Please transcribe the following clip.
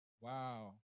wow